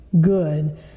good